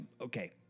okay